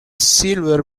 silver